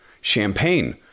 Champagne